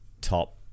top